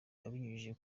abinyujije